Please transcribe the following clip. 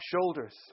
shoulders